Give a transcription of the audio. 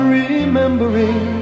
remembering